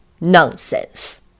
nonsense